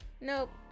Nope